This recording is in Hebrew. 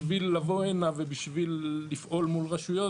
בשביל לבוא הנה ובשביל לפעול מול רשויות,